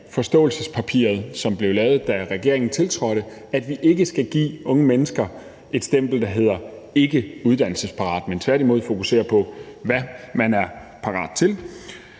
forståelsespapiret, som blev lavet, da regeringen tiltrådte – at vi ikke skal give unge mennesker et stempel, der hedder »ikke uddannelsesparat«, men tværtimod fokusere på, hvad man er parat til.